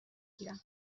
گیرم